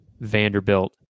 Vanderbilt